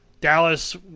Dallas